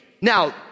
Now